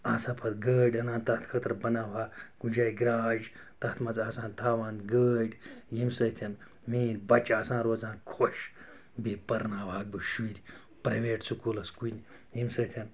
آسہٕ ہا پَتہٕ گٲڑۍ اَنان تَتھ خٲطرٕ بَناوٕ ہا کُنہِ جایہِ گرٛاج تَتھ منٛز آسہٕ ہان تھاوان گٲڑۍ ییٚمہِ سۭتۍ میٛٲنۍ بَچہِ آسہِ ہان روزان خۄش بیٚیہِ پَرناوٕ ہاکھ بہٕ شُرۍ پرٛایویٹ سکوٗلَس کُنہِ ییٚمہِ سۭتۍ